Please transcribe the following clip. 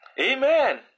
Amen